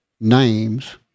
names